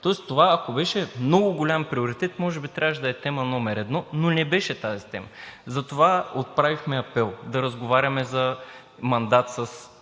ако това беше много голям приоритет, може би трябваше да е тема номер едно, но не беше. Затова отправихме апел да разговаряме за мандат с